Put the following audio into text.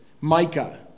micah